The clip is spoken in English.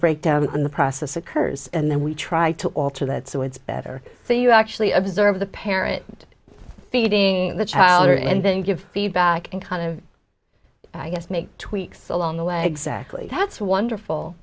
breakdown in the process occurs and then we try to alter that so it's better so you actually observe the parent feeding the child and then give feedback and kind of i guess make tweaks along the legs actually that's wonderful